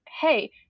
hey